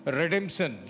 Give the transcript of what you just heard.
redemption